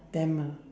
tamil